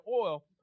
oil